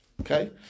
Okay